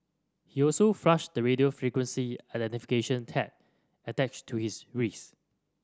he also flushed the radio frequency identification tag attached to his wrist